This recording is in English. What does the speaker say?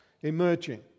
emerging